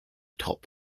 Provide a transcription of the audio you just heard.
top